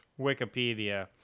Wikipedia